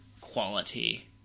quality